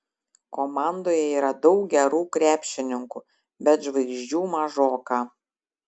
komandoje yra daug gerų krepšininkų bet žvaigždžių mažoka